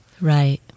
Right